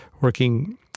working